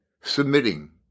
submitting